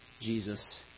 Jesus